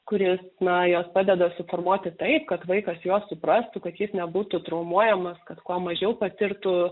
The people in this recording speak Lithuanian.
kuris na juos padeda suformuoti taip kad vaikas juos suprastų kad jis nebūtų traumuojamas kad kuo mažiau patirtų